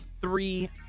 three